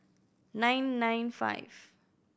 nine nine five